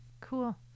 cool